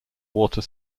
water